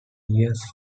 years